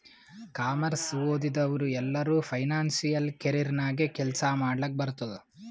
commerce ಓದಿದವ್ರು ಎಲ್ಲರೂ financial career ನಾಗೆ ಕೆಲ್ಸಾ ಮಾಡ್ಲಕ್ ಬರ್ತುದ್